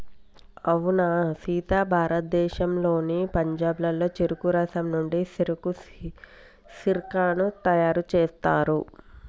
అవునా సీత భారతదేశంలోని పంజాబ్లో చెరుకు రసం నుండి సెరకు సిర్కాను తయారు సేస్తారు